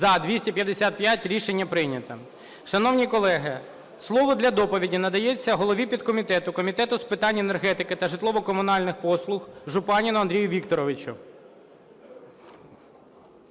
За-255 Рішення прийнято. Шановні колеги, слово для доповіді надається голові підкомітету Комітету з питань енергетики та житлово-комунальних послуг Жупанину Андрію Вікторовичу.